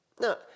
Now